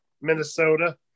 Minnesota